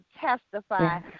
testify